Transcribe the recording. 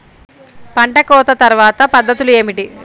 పంట కోత తర్వాత పద్ధతులు ఏమిటి?